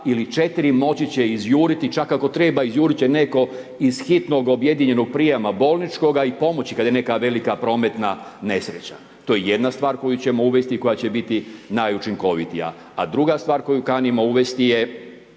ili četiri, moći će izjuriti. Čak ako treba, izjuriti će netko iz hitnog objedinjenog prijema bolničkoga i pomoći kad je neka velika prometna nesreća. To je jedna stvar koju ćemo uvesti i koja će biti najučinkovitija, a druga stvar koju kanimo uvesti je